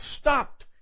stopped